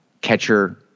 catcher